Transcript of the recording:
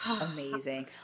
Amazing